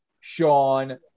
Sean